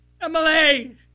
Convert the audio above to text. Emily